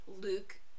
Luke